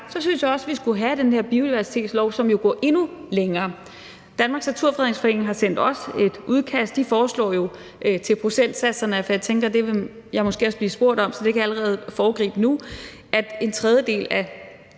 synes jeg også, at vi skulle have den her biodiversitetslov, som jo går endnu længere. Danmarks Naturfredningsforening har sendt os et udkast til procentsatserne. Jeg tænker, at det vil jeg måske også blive spurgt om, så jeg kan allerede foregribe det nu og sige, at en tredjedel,